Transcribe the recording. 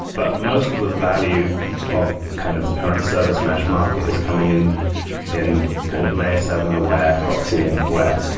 but most of the value of kind of the current service mesh market is coming in in kind of layer seven or where proxying where,